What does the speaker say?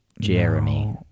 Jeremy